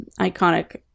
iconic